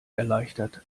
erleichtert